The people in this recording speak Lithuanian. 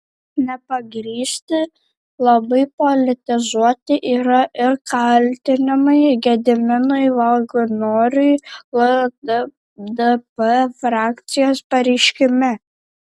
nepagrįsti labai politizuoti yra ir kaltinimai gediminui vagnoriui lddp frakcijos pareiškime